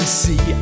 see